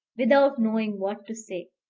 without knowing what to say.